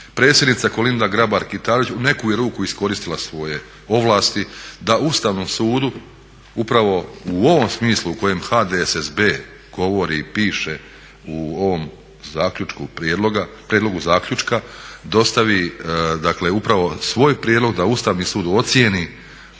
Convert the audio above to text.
predsjednica Kolinda Grabar Kitarović u neku je ruku iskoristila svoje ovlasti da Ustavnom sudu upravo u ovom smislu u kojem HDSSB govori i piše u ovom zaključku prijedloga, prijedlogu zaključka dostavi upravo svoj prijedlog da Ustavni sud ocjeni